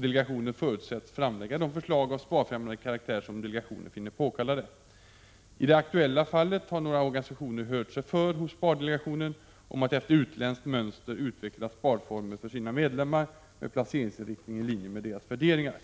Delegationen förutsätts framlägga de förslag av sparfrämjande karaktär som delegationen finner påkallade. I det aktuella fallet har några organisationer hört sig för hos spardelegationen om att efter utländskt mönster utveckla sparformer för sina medlemmar med placeringsinriktning i linje med deras värderingar.